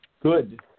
Good